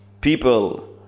people